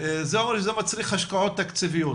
זה מצריך השקעות תקציביות,